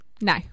No